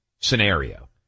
scenario